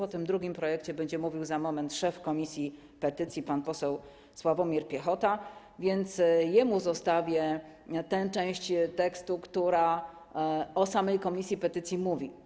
O drugim projekcie będzie mówił za moment szef komisji petycji, pan poseł Sławomir Piechota, więc jemu zostawię tę część, która o samej komisji petycji mówi.